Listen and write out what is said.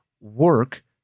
work